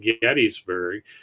gettysburg